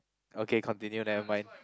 okay continue never mind